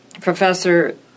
Professor